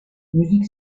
müzik